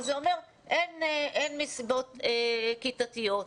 וזה אומר שאין מסיבות כיתתיות.